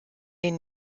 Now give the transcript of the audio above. den